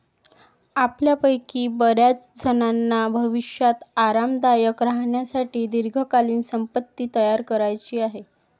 आपल्यापैकी बर्याचजणांना भविष्यात आरामदायक राहण्यासाठी दीर्घकालीन संपत्ती तयार करायची आहे